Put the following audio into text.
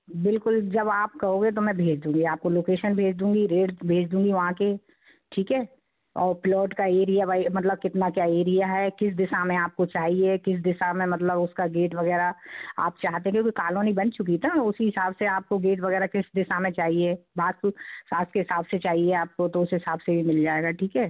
बिल्कुल जब आप कहोगे तो मैं भेज दूँगी आप को लोकेशन भेज दूँगी रेट्स भेज दूँगी वहाँ के ठीक है और प्लोट का एरिया वाई मतलब कितना क्या एरिया है किस दिशा में आपको चाहिए किस दिसा में मतलब उसका गेट वग़ैरह आप चाहते हैं क्योंकि कालोनी बन चुकी ना उसी हिसाब से आपको गेट वग़ैरह किस दिशा में चाहिए वास्तु शास्त्र के हिसाब से चाहिए आपको तो उस हिसाब से भी मिल जाएगा ठीक है